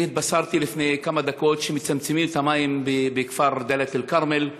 אני התבשרתי לפני כמה דקות שמצמצמים את המים בכפר דאלית אל-כרמל,